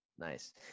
nice